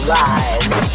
lives